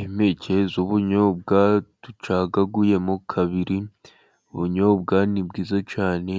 Impeke z'ubunyobwa bucagaguyemo kabiri, ubunyobwa ni bwiza cyane,